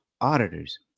Auditors